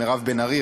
מירב בן ארי,